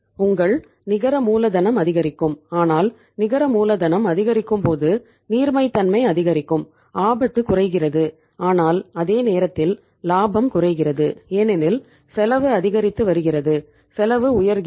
உங்கள் நிகர மூலதனம் அதிகரிக்கும் ஆனால் நிகர மூலதனம் அதிகரிக்கும் போது நீர்மைத்தன்மை அதிகரிக்கும் ஆபத்து குறைகிறது ஆனால் அதே நேரத்தில் லாபமும் குறைகிறது ஏனெனில் செலவு அதிகரித்து வருகிறது செலவு உயர்கிறது